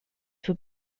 would